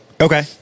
Okay